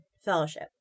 Fellowship